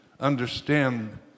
understand